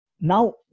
Now